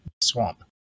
swamp